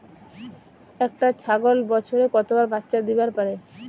একটা ছাগল বছরে কতবার বাচ্চা দিবার পারে?